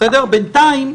בינתיים,